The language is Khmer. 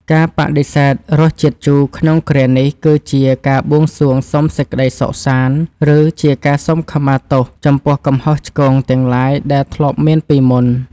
ការបដិសេធរសជាតិជូរក្នុងគ្រានេះគឺជាការបួងសួងសុំសេចក្តីសុខសាន្ត ឬ ជាការសុំខមាលទោសចំពោះកំហុសឆ្គងទាំងឡាយដែលធ្លាប់មានពីមុន។